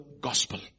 gospel